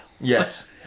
Yes